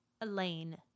Elaine